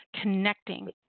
connecting